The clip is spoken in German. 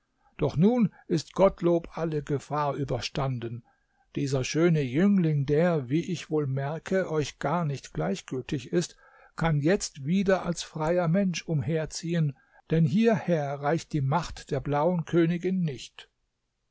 doch nun ist gottlob alle gefahr überstanden dieser schöne jüngling der wie ich wohl merke euch gar nicht gleichgültig ist kann jetzt wieder als freier mensch umherziehen denn hierher reicht die macht der blauen königin nicht